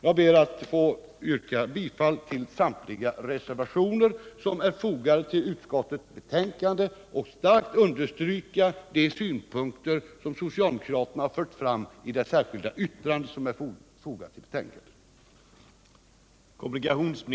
Jag för min del yrkar bifall till samtliga reservationer som är fogade till utskottets betänkande — jag har ju f. ö. redan yrkat bifall till några av dem — och jag vill starkt understryka de synpunkter som socialdemokraterna fört fram i det särskilda yttrande som är fogat till betänkandet.